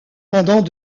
pendant